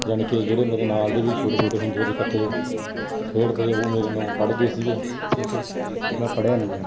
ਯਾਨੀ ਕਿ ਜਿਹੜੇ ਮੇਰੇ ਨਾਲ ਦੇ ਵੀ ਛੋਟੇ ਛੋਟੇ ਹੁੰਦੇ ਸੀ ਇਕੱਠੇ ਖੇਡਦੇ ਉਹ ਮੇਰੇ ਨਾਲੋਂ ਪੜ੍ਹ ਸੀਗੇ ਠੀਕ ਹੈ ਜੀ ਮੈਂ ਪੜ੍ਹਿਆ ਨਹੀਂ ਗਾ